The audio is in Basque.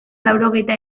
laurogeita